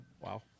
Wow